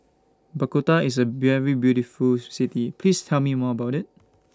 Bogota IS A very beautiful City Please Tell Me More about IT